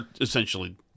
essentially